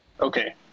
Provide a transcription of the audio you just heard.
okay